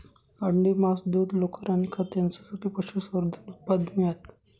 अंडी, मांस, दूध, लोकर आणि खत यांसारखी पशुसंवर्धन उत्पादने आहेत